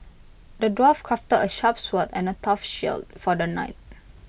the dwarf crafted A sharp sword and A tough shield for the knight